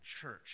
church